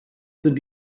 sind